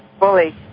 Fully